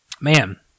Man